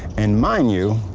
and mind you,